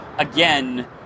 Again